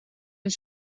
een